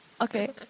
Okay